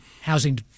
housing